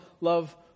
love